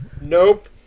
Nope